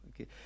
Okay